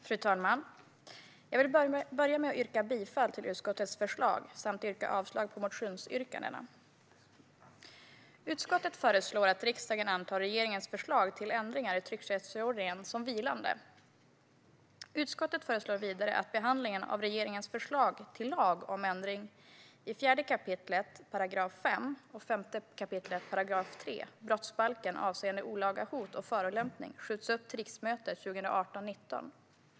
Fru talman! Jag vill börja med att yrka bifall till utskottets förslag samt yrka avslag på motionsyrkandena. Utskottet föreslår att riksdagen antar regeringens förslag till ändringar i tryckfrihetsförordningen som vilande. Utskottet föreslår vidare att behandlingen av regeringens förslag till lag om ändring i 4 kap. 5 § och 5 kap. 3 § brottsbalken avseende olaga hot och förolämpning skjuts upp till riksmötet 2018/19.